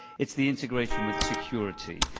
it's the integration with security.